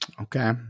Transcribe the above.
Okay